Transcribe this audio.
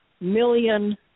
million